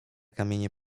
kamienie